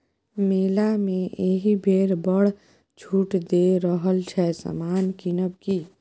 मेला मे एहिबेर बड़ छूट दए रहल छै समान किनब कि?